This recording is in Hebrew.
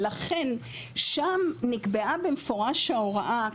ולכן שם נקבעה במפורש ההוראה,